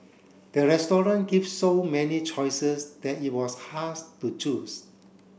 the restaurant give so many choices that it was to choose